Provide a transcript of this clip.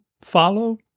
follow